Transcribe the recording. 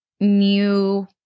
new